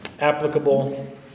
applicable